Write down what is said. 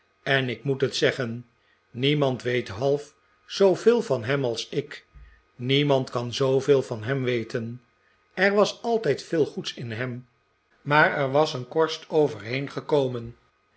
en ik moet het zeggen niemand veet half zooveel van hem als ik niemand kan zooveel van hem weten er was altijd veel goeds in hem maar er was een korst overheen gekomen